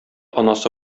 анасы